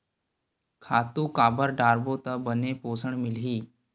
खातु काबर डारबो त बने पोषण मिलही?